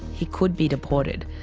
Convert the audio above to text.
he could be deported,